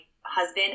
husband